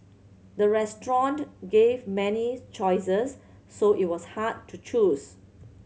the restaurant gave many choices so it was hard to choose